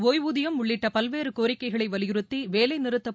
ஓய்வூதியம் உள்ளிட்ட பல்வேறு கோரிக்கைகளை வலியுறுத்தி வேலை நிறுத்தப்